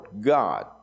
God